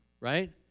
right